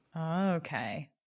Okay